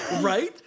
right